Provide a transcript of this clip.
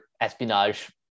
espionage